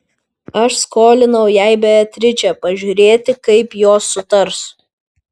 aš skolinau jai beatričę pažiūrėti kaip jos sutars